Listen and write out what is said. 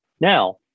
Now